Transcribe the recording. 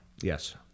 Yes